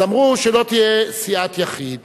אז אמרו שלא תהיה סיעת יחיד,